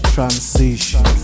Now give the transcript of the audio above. Transition